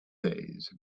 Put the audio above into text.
days